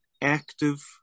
active